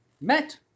met